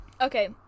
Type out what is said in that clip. Okay